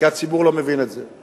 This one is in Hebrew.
כי הציבור לא מבין את זה.